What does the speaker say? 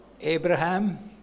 Abraham